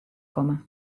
komme